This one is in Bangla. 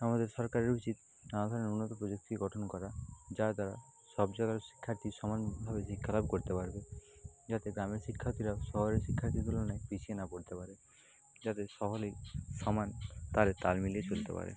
আমাদের সরকারের উচিত নানা ধরনের উন্নত প্রযুক্তি গঠন করা যার দ্বারা সব জায়গার শিক্ষার্থী সমান ভাবে শিক্ষা লাভ করতে পারবে যাতে গ্রামের শিক্ষার্থীরাও শহরের শিক্ষার্থীদের তুলনায় পিছিয়ে না পড়তে পারে যাতে সকলেই সমান তালে তাল মিলিয়ে চলতে পারে